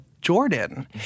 Jordan